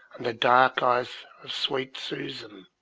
the dark eyes of sweet susan,